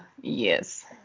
Yes